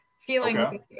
feeling